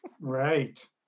Right